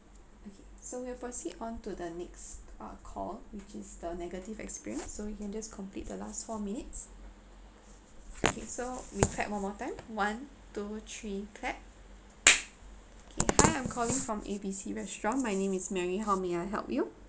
okay so we'll proceed on to the next uh call which is the negative experience so we can just complete the last four minutes okay so we clap one more time one two three clap okay hi I'm calling from A B C restaurant my name is mary how may I help you